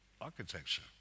architecture